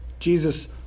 Jesus